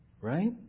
right